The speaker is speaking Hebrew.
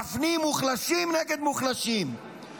מפנים מוחלשים נגד מוחלשים.